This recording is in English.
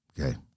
Okay